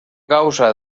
causa